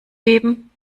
geben